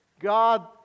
God